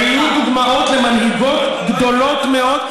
היו דוגמאות למנהיגות גדולות מאוד,